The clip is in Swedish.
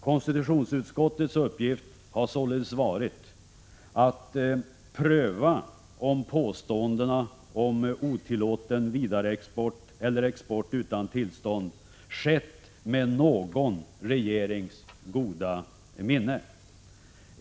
Konstitutionsutskottets uppgift har således varit att pröva om påståendena om otillåten vidareexport eller export utan tillstånd skett med någon regerings goda minne.